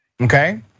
okay